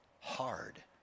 hard